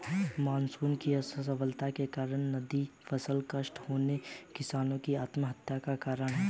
monsoon की असफलता के कारण नकदी फसल नष्ट होना किसानो की आत्महत्या का कारण है